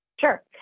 Sure